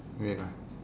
wait ah